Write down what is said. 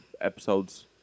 episodes